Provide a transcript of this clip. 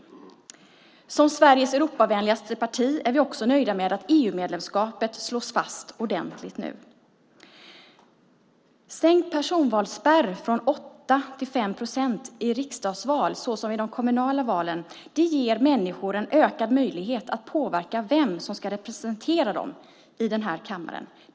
Som Sveriges Europavänligaste parti är vi också nöjda med att EU-medlemskapet nu slås fast ordentligt. En sänkt personvalsspärr från 8 procent till 5 procent i riksdagsval såsom i kommunala val ger människor en ökad möjlighet att påverka vilka som ska representera dem i denna kammare.